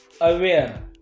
aware